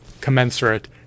commensurate